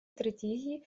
стратегии